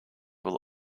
will